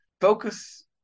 focus